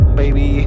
baby